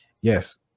Yes